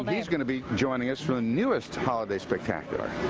he's going to be joining us for the newest holiday spectacular.